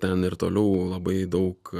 ten ir toliau labai daug